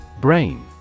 Brain